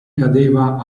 cadeva